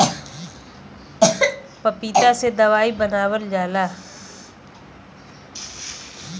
पपीता से दवाई बनावल जाला